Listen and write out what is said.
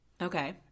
Okay